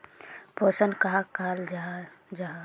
पोषण कहाक कहाल जाहा जाहा?